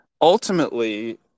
Ultimately